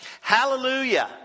Hallelujah